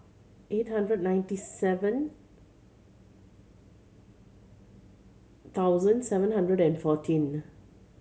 eight hundred ninety seven thousand seven hundred and fourteen